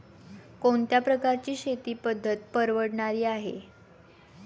कोणत्या प्रकारची शेती पद्धत परवडणारी आहे?